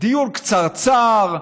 דיון קצרצר,